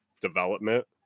development